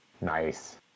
Nice